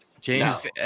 James